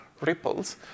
ripples